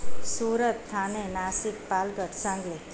Surat Thane Nashik Palghar Sangli